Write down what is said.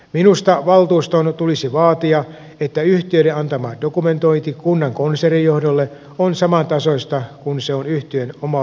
minusta valtuuston tulisi vaatia että yhtiöiden antama dokumentointi kunnan konsernijohdolle on samantasoista kuin se on yhtiön omalle hallitukselle